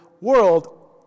world